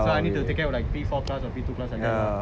so I need to take care of like P four class or P two class like that lah